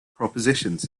propositions